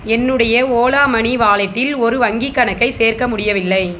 என்னுடைய Ola money வாலெட்டில் ஒரு வங்கிக் கணக்கை சேர்க்க முடியவில்லை